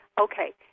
Okay